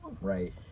Right